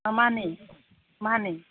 ꯑ ꯃꯥꯅꯦ ꯃꯥꯅꯦ